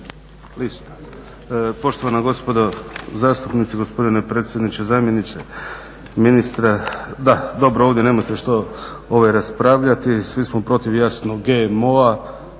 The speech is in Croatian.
Poštovana gospodo zastupnici, gospodine predsjedniče, zamjeniče, ministre. Da, dobro, ovdje se nema što raspravljati. Svi smo protiv jasno GMO-a